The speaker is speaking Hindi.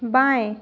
बाएँ